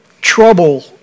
trouble